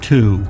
Two